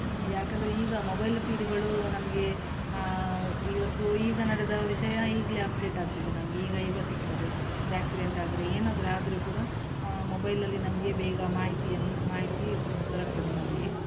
ಯಾಕೆಂದರೆ ಈಗ ಮೊಬೈಲ್ ಫೀಡ್ಗಳೂ ನಮಗೆ ಇವತ್ತು ಈಗ ನಡೆದ ವಿಷಯ ಈಗಲೇ ಅಪ್ಡೇಟ್ ಆಗ್ತದೆ ನಮಗೆ ಈಗ ಈಗ ಸಿಗ್ತದೆ ಒಂದು ಆ್ಯಕ್ಸಿಡೆಂಟ್ ಆದರೆ ಏನಾದ್ರೂ ಆದರೆ ಕೂಡ ಮೊಬೈಲಲ್ಲಿ ನಮಗೆ ಬೇಗ ಮಾಹಿತಿಯನ್ನು ಮಾಹಿತಿ ದೊರಕ್ತದೆ ನಮಗೆ